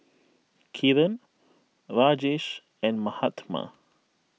Kiran Rajesh and Mahatma